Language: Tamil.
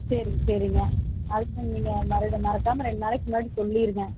சரிங்க சரிங்க அதுக்கு தான் நீங்கள் மற மறக்காமல் ரெண்டு நாளைக்கி முன்னாடி சொல்லிருங்க